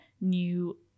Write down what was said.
new